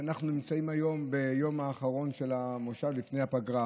שאנחנו נמצאים היום ביום האחרון של המושב לפני הפגרה,